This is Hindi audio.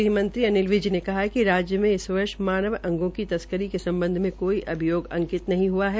गृहमंत्री अनिल विज ने कहा है कि राज्य में इस वर्ष मानव अंगो की तस्करी के सम् ध मे कोई अभियोग अंकित नहीं हुआ है